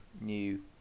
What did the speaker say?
new